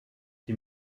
die